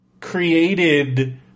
created